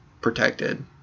protected